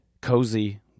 cozy